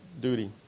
duty